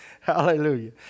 Hallelujah